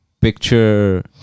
picture